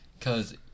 Cause